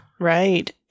Right